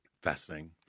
Fascinating